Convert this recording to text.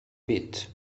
bit